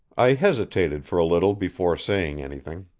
i hesitated for a little before saying anything.